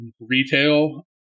retail